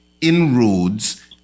inroads